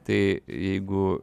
tai jeigu